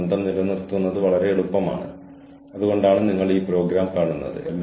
അല്ലെങ്കിൽ അത് അവർക്ക് പ്രാപ്യമാണെന്ന് അവർ കരുതുന്നില്ല